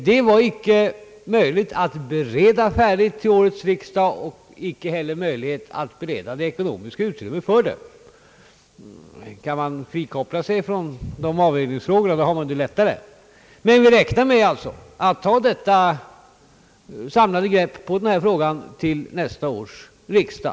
Det var icke möjligt att bereda förslaget färdigt till årets riksdag och inte heller möjligt att skapa det ekonomiska utrymmet för reformerna. Kan man frikoppla sig från de ekonomiska avvägningsfrågorna har man det lättare. Men vi räknar alltså med att ta ett samlat grepp på den här frågan till nästa års riksdag.